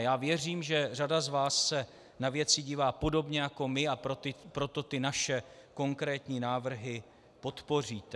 Já věřím, že řada z vás se na věci dívá podobně jako my, a proto ty naše konkrétní návrhy podpoříte.